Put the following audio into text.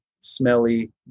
smelly